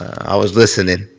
i was listening,